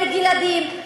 הרג ילדים,